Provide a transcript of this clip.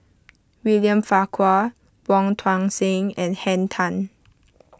William Farquhar Wong Tuang Seng and Henn Tan